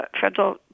Federal